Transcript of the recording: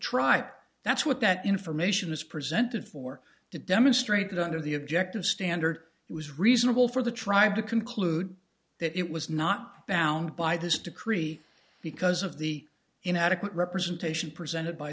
tripe that's what that information is presented for to demonstrate that under the objective standard it was reasonable for the tribe to conclude that it was not bound by this decree because of the inadequate representation presented by